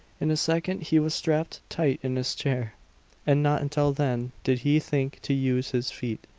in a second he was strapped tight in his chair and not until then did he think to use his feet.